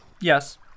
Yes